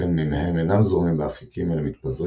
ולכן מימיהם אינם זורמים באפיקים אלא מתפזרים